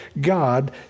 God